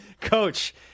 Coach